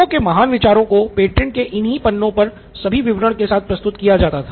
लोगों के महान विचारों को पेटेंट के लिए इन्ही पन्नों पर सभी विवरणों के साथ प्रस्तुत किया जाता था